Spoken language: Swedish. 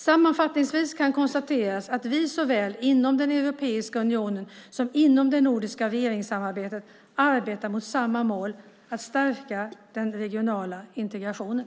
Sammanfattningsvis kan det konstateras att vi såväl inom Europeiska unionen som inom det nordiska regeringssamarbetet arbetar mot samma mål: att stärka den regionala integrationen.